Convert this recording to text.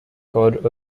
god